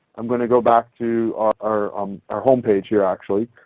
i'm going to go back to our um our home page here actually,